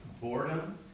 Boredom